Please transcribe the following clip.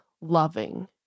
loving